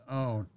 own